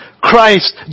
Christ